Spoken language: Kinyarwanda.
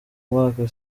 mwaka